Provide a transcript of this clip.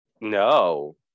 no